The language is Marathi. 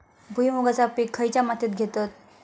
भुईमुगाचा पीक खयच्या मातीत घेतत?